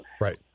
Right